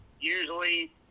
usually